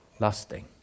Lusting